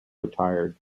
retired